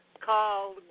called